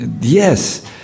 yes